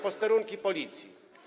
Posterunki Policji.